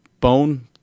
bone